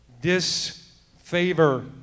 disfavor